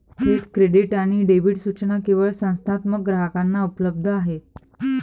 थेट क्रेडिट आणि डेबिट सूचना केवळ संस्थात्मक ग्राहकांना उपलब्ध आहेत